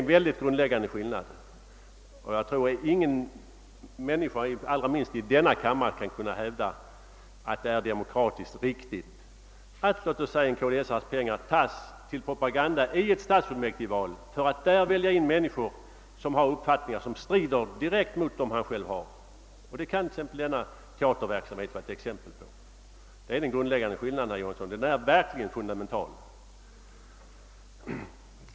Den är grundläggande, och jag tror inte att någon — allra minst här i riksdagen — kan hävda att det är demokratiskt riktigt att låt mig säga en kdsmedlems pengar används till propaganda i ett stadsfullmäktigeval för att välja in människor i fullmäktigeförsamlingen som har uppfattningar vilka direkt strider mot kds-arens egna. Denna teaterverksamhet utgör ett exempel i det fallet. Jag upprepar att detta är den grundläggande skillnaden, herr Johansson i Trollhättan. Och den är verkligen fundamental.